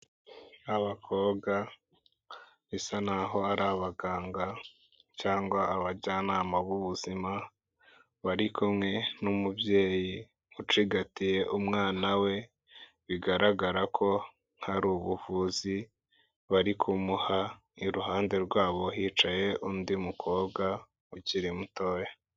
Abakobwa bisa n'aho ari abaganga cyangwa abajyanama b'ubuzima, bari kumwe n'umubyeyi ucigatiye umwana we, bigaragara ko hari ubuvuzi bari kumuha, iruhande rwabo hicaye undi mukobwa ukiri mutoya.